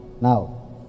Now